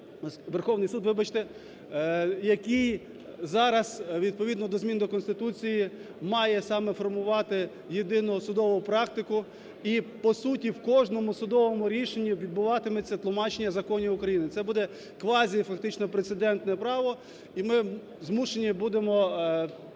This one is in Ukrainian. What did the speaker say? Верховний Суд, вибачте, який зараз відповідно до змін до Конституції має саме формувати єдину судову практику. І по суті в кожному судовому рішенні відбуватиметься тлумачення законів України, це буде квазі, фактично, прецедентне право, і ми змушені будемо